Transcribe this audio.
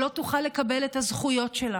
שלא תוכל לקבל את הזכויות שלה,